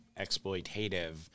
exploitative